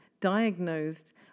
diagnosed